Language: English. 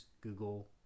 Google